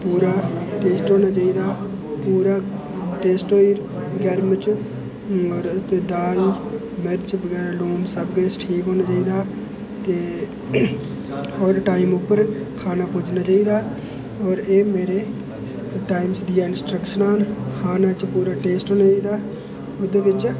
पूरा टेस्ट होना चाहिदा पूरा टेस्ट होई गर्म च और ते दाल मर्च बगैरा लून सब किश ठीक होना चाहिदा ते और टाइम उप्पर खाना पुज्जना चाहिदा और एह् मेरे टाइमस दियां इंस्ट्रक्शनां न खाने च पूरा टेस्ट होना चाहिदा ओह्दे बिच